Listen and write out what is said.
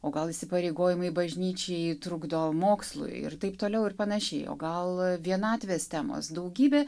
o gal įsipareigojimai bažnyčiai trukdo mokslui ir taip toliau ir panašiai o gal vienatvės temos daugybė